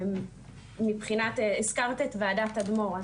מבחינת הזכרת את וועדת תדמור,